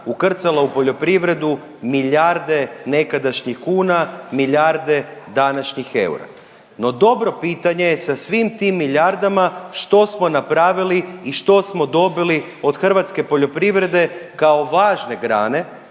ukrcalo u poljoprivredu milijarde nekadašnjih kuna, milijarde današnjih eura. No dobro pitanje je sa svim tim milijardama što smo napravili i što smo dobili od hrvatske poljoprivrede kao važne grane?